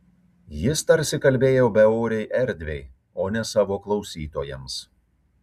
jis tarsi kalbėjo beorei erdvei o ne savo klausytojams